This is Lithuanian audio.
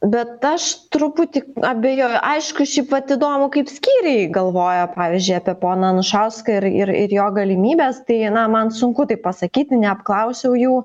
bet aš truputį abejoju aišku šiaip vat įdomu kaip skyriai galvoja pavyzdžiui apie poną anušauską ir ir ir jo galimybes tai na man sunku tai pasakyti neapklausiau jų